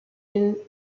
been